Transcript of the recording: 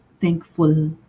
thankful